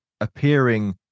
appearing